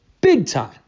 big-time